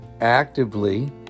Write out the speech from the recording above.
actively